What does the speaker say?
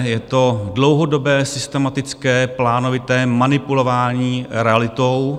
Je to dlouhodobé, systematické, plánovité manipulování realitou.